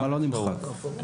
יימחק.